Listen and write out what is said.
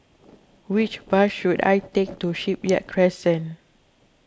which bus should I take to Shipyard Crescent